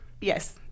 Yes